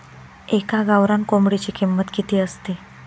एका गावरान कोंबडीची किंमत किती असते?